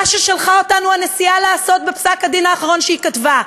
מה ששלחה אותנו הנשיאה לעשות בפסק-הדין האחרון שהיא כתבה.